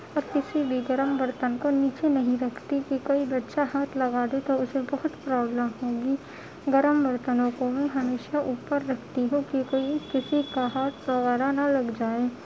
اور کسی بھی گرم برتن کو نیچے نہیں رکھتی کہ کوئی بچہ ہاتھ لگا دے تو اسے بہت پرابلم ہوگی گرم برتنوں کو میں ہمیشہ اوپر رکھتی ہوں کہ کوئی کسی کا ہاتھ دوبارہ نہ لگ جائے